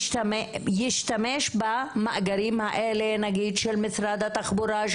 ישתמש במאגרים האלה נגיד של משרד תחבורה,